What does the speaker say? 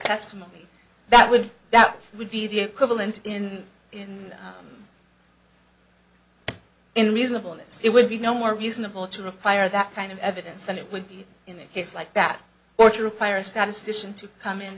testimony that would that would be the equivalent in in in reasonable it it would be no more reasonable to require that kind of evidence than it would be in a case like that or to require a statistician to come in